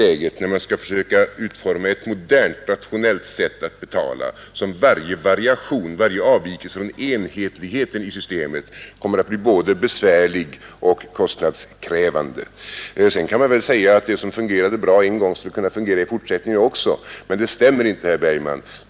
Men när man skall försöka utforma ett modernt och rationellt sätt för utbetalningarna, blir varje avvikelse från enhetligheten i systemet både besvärlig och kostnadskrävande. Sedan kan det väl sägas att det som fungerat bra en gång borde kunna fungera i fortsättningen också, men det stämmer inte i det här fallet, herr Bergman.